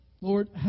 Lord